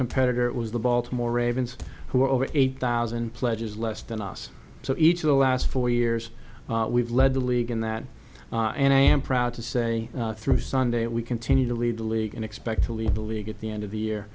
competitor it was the baltimore ravens who are over eight thousand pledges less than us so each of the last four years we've led the league in that and i am proud to say through sunday we continue to lead the league and expect to lead the league at the end of the year